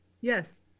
Yes